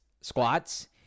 squats